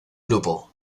grupo